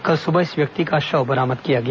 कल सुबह इस व्यक्ति का शव बरामद किया गया